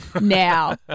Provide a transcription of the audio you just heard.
now-